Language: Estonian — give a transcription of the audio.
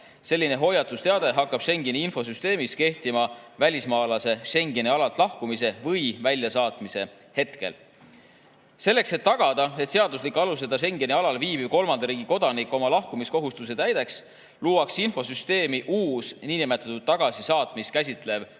Selline hoiatusteade hakkab Schengeni infosüsteemis kehtima välismaalase Schengeni alalt lahkumise või väljasaatmise hetkel. Selleks et tagada, et seadusliku aluseta Schengeni alal viibiv kolmanda riigi kodanik oma lahkumiskohustuse täidaks, luuakse infosüsteemi uus niinimetatud tagasisaatmist käsitlev hoiatusteade.